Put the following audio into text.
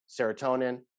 serotonin